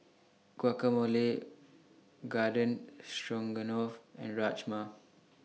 Guacamole Garden Stroganoff and Rajma